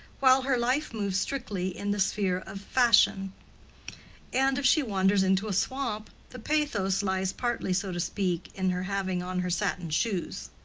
while her life moves strictly in the sphere of fashion and if she wanders into a swamp, the pathos lies partly, so to speak, in her having on her satin shoes.